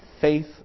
faith